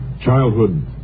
childhood